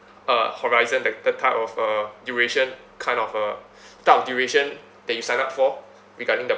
uh horizon that the type of uh duration kind of a type of duration that you signed up for regarding the